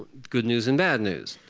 good news and back news.